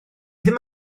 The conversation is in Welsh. ddim